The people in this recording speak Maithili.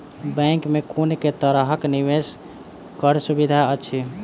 बैंक मे कुन केँ तरहक निवेश कऽ सुविधा अछि?